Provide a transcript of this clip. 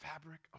fabric